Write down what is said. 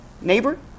neighbor